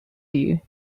you